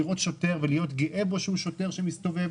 לראות שוטר ולהיות גאה בו שהוא שוטר שמסתובב.